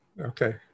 Okay